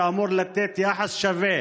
שאמור לתת יחס שווה